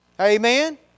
Amen